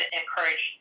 encourage